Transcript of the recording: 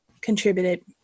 contributed